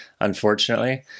unfortunately